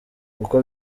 uko